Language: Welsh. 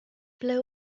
ble